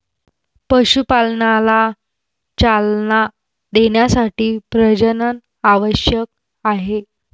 पशुपालनाला चालना देण्यासाठी प्रजनन आवश्यक आहे